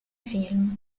film